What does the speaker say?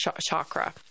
chakra